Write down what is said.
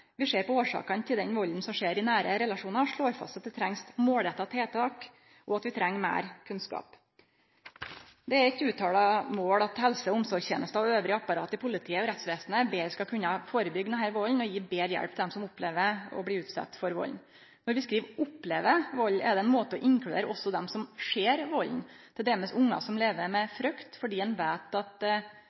Vi ser på årsakene til den valden som skjer i nære relasjonar, og slår fast at vi treng målretta tiltak og meir kunnskap. Det er eit uttala mål at helse- og omsorgstenesta og apparatet i politiet og i rettsvesenet betre skal kunne førebygge denne valden og gje betre hjelp til dei som opplever å bli utsette for valden. Når vi skriv «opplever» vald, er det ein måte å inkludere dei som ser valden, t.d. ungar som lever med frykt fordi ein veit at